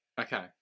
Okay